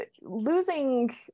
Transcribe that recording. losing